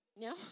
No